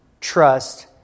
trust